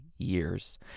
years